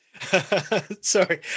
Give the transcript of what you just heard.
sorry